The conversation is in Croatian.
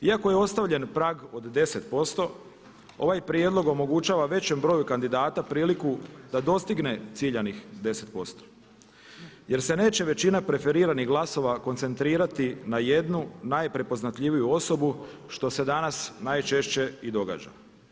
Iako je ostavljen prag od 10% ovaj prijedlog omogućava većem broju kandidata priliku da dostigne ciljanih 10%, jer se neće većina preferiranih glasova koncentrirati na jednu najprepoznatljiviju osobu što se danas najčešće i događa.